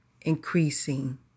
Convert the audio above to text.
increasing